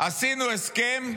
עשינו הסכם,